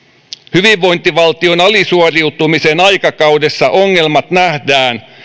hyvinvointivaltion alisuoriutumisen aikakaudessa ongelmat nähdään